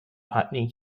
putney